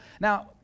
Now